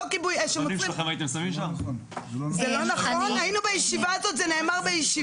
אנחנו היינו בישיבה שבה זה נאמר.